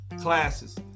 classes